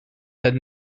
had